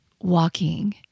walking